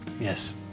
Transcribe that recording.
yes